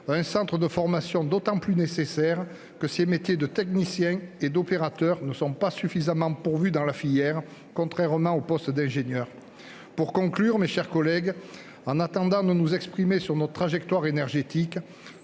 Un centre de formation d'autant plus nécessaire que ces métiers de techniciens et d'opérateurs ne sont pas suffisamment pourvus dans la filière, contrairement aux postes d'ingénieurs. Pour conclure mes chers collègues, en attendant de nous exprimer sur notre trajectoire énergétique,